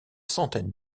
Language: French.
centaines